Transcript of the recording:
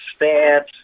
stats